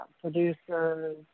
producers